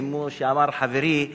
כמו שאמר חברי,